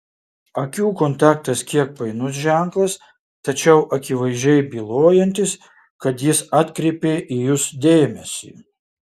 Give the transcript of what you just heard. akių kontaktas kiek painus ženklas tačiau akivaizdžiai bylojantis kad jis atkreipė į jus dėmesį